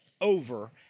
over